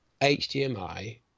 HDMI